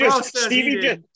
Stevie